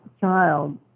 child